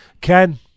Ken